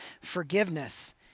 forgiveness